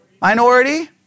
Minority